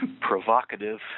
provocative